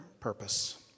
purpose